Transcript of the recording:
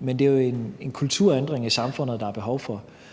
men det er jo en kulturændring i samfundet, som der er behov for.